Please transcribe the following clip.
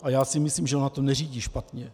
A já si myslím, že ona to neřídí špatně.